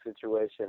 situation